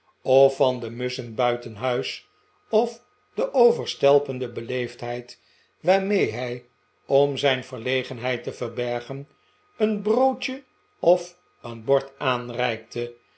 of van de musschen buitenhuis of de overstelpende beleefdheid waarmee hij om zijn verlegenheid te verbergen een broodje of een bord aanreikte